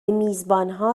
میزبانها